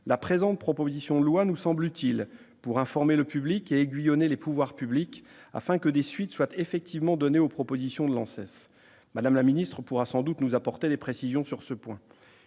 la présente proposition de loi nous semble utile pour informer le public et aiguillonner les pouvoirs publics, afin que des suites soient effectivement données aux propositions de l'ANSES. Mme la secrétaire d'État pourra sans doute nous apporter des précisions sur ce point.